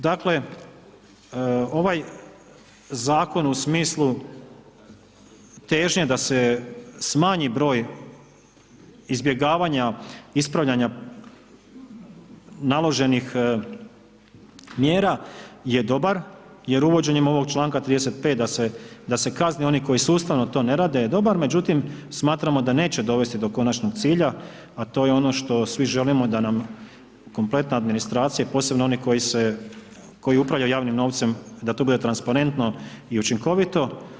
Dakle, ovaj zakon u smislu težnje da se smanji broj izbjegavanja, ispravljanja naloženih mjera je dobar, jer uvođenje ovog čl. 35. da se kazne oni koji sustavno to ne rade jer je dobar, međutim, smatram da neće dovesti do konačnog cilja, a to je ono što svi želimo, da nam kompletna administracija i posebno oni koji upravljaju javnim novcem, da to bude transparentno i učinkovito.